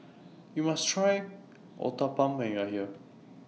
YOU must Try Uthapam when YOU Are here